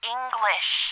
English